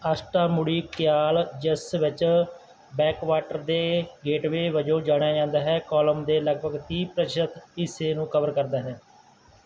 ਅਸ਼ਟਾਮੁੜੀ ਕਿਆਲ ਜਿਸ ਵਿੱਚ ਬੈਕਵਾਟਰ ਦੇ ਗੇਟਵੇ ਵਜੋਂ ਜਾਣਿਆ ਜਾਂਦਾ ਹੈ ਕੋਲਮ ਲਗਭਗ ਤੀਹ ਪ੍ਰਤੀਸ਼ਤ ਹਿੱਸੇ ਨੂੰ ਕਵਰ ਕਰਦਾ ਹੈ